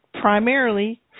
primarily